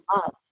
love